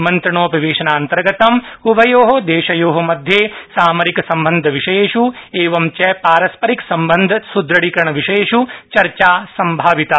मंत्रणोपवेशनान्तर्गतं उभयो देशयो मध्ये सामरिक सम्बन्धविषयेष् एवंच पारस्परिक सम्बन्ध स्दृढीकरणविषयेष् चर्चा सम्भाविता